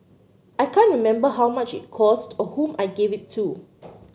I can't remember how much it cost or whom I gave it to